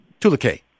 Tulake